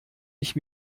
ich